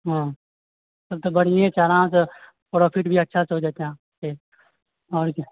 हँ तब तऽ बढ़िए छह आरामसे प्रॉफिट भी अच्छासे हो जाइ छह आओर की